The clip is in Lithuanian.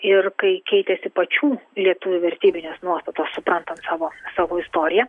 ir kai keitėsi pačių lietuvių vertybinės nuostatos suprantant savo savo istoriją